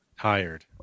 Tired